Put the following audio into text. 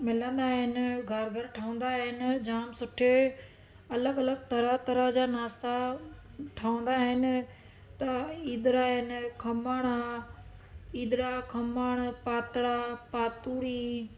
मिलंदा आहिनि घरु घरु ठहंदा आहिनि जामु सुठे अलॻि अलॻि तरह तरह जा नाश्ता ठहंदा आहिनि त ईदरा आहिनि खमण आहे ईदरा खमण पात्रा पातूरी